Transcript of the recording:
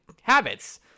habits